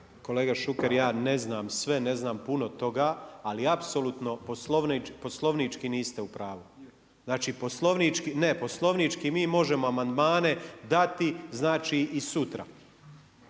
Kolega Šuker, ja ne znam sve, ne znam puno toga, ali apsolutno poslovnički niste u pravu. Znači poslovnički, ne, mi možemo amandmane dati znači i sutra.